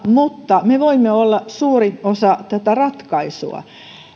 mutta me voimme olla suuri osa tätä ratkaisua